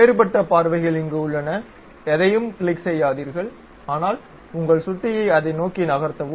வேறுபட்ட பார்வைகள் இங்கு உள்ளன எதையும் கிளிக் செய்யாதீர்கள் ஆனால் உங்கள் சுட்டியை அதை நோக்கி நகர்த்தவும்